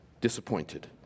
Disappointed